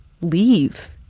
leave